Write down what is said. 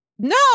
No